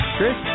Chris